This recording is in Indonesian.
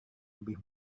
lebih